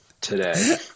today